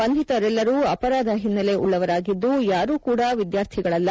ಬಂಧಿತರೆಲ್ಲರೂ ಅಪರಾಧ ಹಿನ್ನೆಲೆ ಉಳ್ಳವರಾಗಿದ್ದು ಯಾರೂ ಕೂಡಾ ವಿದ್ಯಾರ್ಥಿಗಳಲ್ಲ